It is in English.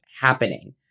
happening